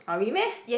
oh really meh